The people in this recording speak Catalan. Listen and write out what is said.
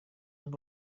amb